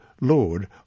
Lord